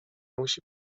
musi